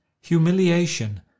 Humiliation